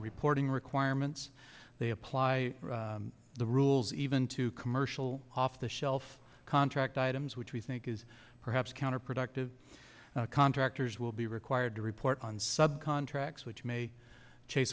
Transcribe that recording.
reporting requirements they apply the rules even to commercial off the shelf contract items which we think is perhaps counterproductive contractors will be required to report on sub contracts which may chase